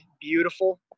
beautiful